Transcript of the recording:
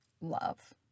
love